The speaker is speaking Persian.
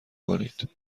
کنید